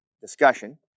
discussion